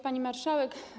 Pani Marszałek!